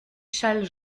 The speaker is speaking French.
châle